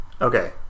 Okay